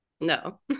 No